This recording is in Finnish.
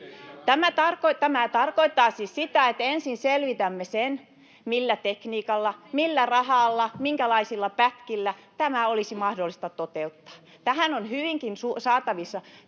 Tämä tarkoittaisi sitä, että ensin selvitämme sen, millä tekniikalla, millä rahalla, minkälaisilla pätkillä tämä olisi mahdollista toteuttaa. Tähän on hyvinkin saatavissa